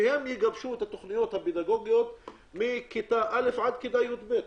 שהם יגבשו את התכניות הפדגוגיות מכיתה א' עד כיתה יב'